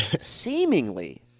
seemingly